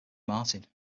martin